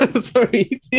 Sorry